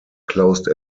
closed